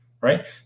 right